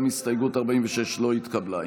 גם הסתייגות 46 לא התקבלה.